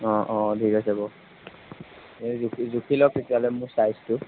অঁ অঁ ঠিক আছে বাৰু এই জখি জুখি লওঁক তেতিয়াহ'লে মোৰ চাইজটো